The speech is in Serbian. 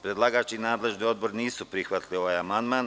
Predlagač i nadležni odbor nisu prihvatili ovaj amandman.